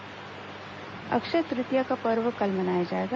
अक्षय तृतीया अक्षय तृतीया का पर्व कल मनाया जाएगा